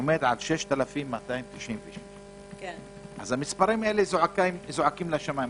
שעומד על 6,298. אז המספרים האלה זועקים לשמיים.